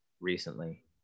recently